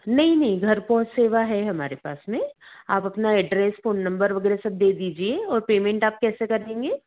नहीं नहीं घर पहुँच सेवा है हमारे पास नहीं आप अपना एड्रेस फ़ोन नम्बर वगैरह सब दे दीजिए और पेमेंट आप कैसे करेंगी